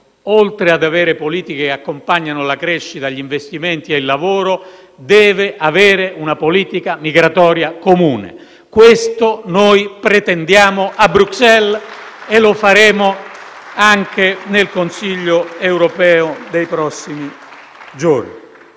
oltre ad avere politiche che accompagnano la crescita, gli investimenti e il lavoro, deve avere una politica migratoria comune. Questo pretendiamo a Bruxelles e lo faremo anche nel Consiglio europeo dei prossimi giorni